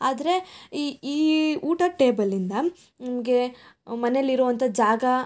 ಆದರೆ ಈ ಈ ಊಟದ ಟೇಬಲ್ಲಿಂದ ನಮಗೆ ಮನೆಯಲ್ಲಿರುವಂಥ ಜಾಗ